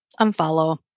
unfollow